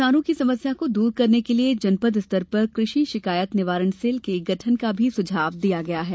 किसानों की समस्या को दूर करने के लिए जनपद स्तर पर कृषि शिकायत निवारण सेल के गठन का भी सुझाव दिया गया है